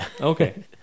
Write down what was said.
Okay